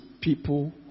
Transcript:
people